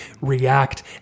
react